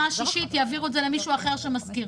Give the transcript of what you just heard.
השישית יעבירו את זה למישהו אחר שמשכיר.